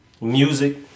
music